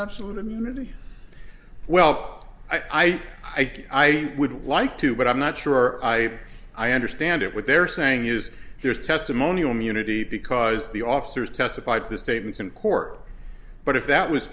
absolute immunity well i think i would like to but i'm not sure i i understand it what they're saying is there's testimonial munity because the officers testified to the statements in court but if that was